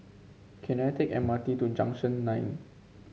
can I take M R T to Junction Nine